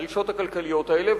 הדרישות הכלכליות האלה,